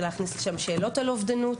להכניס לשם שאלות על אובדנות.